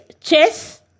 chess